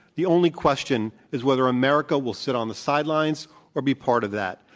the only question is whether america will sit on the sidelines or be part of that.